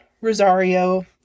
Rosario